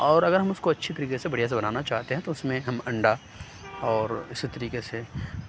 اور اگر ہم اُس کو اچھی طریقے سے بڑھیا سے بنانا چاہتے ہیں تو اُس میں ہم انڈا اور اِسی طریقے سے